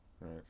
Right